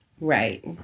Right